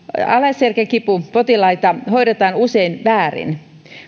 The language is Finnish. alaselkäkipupotilaita hoidetaan usein väärin